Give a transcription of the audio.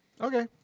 Okay